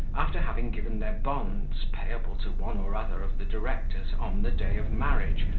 after having given their bonds payable to one or other of the directors, on the day of marriage,